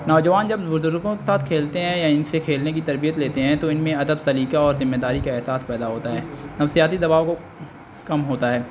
نوجوان جب بزرگوں کے ساتھ کھیلتے ہیں یا ان سے کھیلنے کی تربیت لیتے ہیں تو ان میں ادب سلییقہ اور ذمہ داری کا احساس پیدا ہوتا ہے نفسیاتی دباؤ کم ہوتا ہے